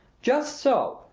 just so!